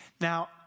Now